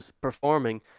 performing